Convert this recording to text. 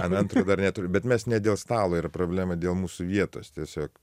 an antro dar neturiu bet mes ne dėl stalo yra problema dėl mūsų vietos tiesiog